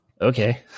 okay